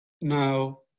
Now